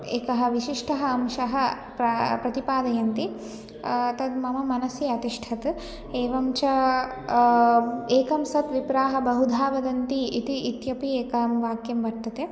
एकः विशिष्टः अंशः प्रा प्रतिपादयन्ति तद्मम मनसि अतिष्ठत् एवं च एकः सद्विप्रः बहुधा वदन्ति इति इत्यपि एकं वाक्यं वर्तते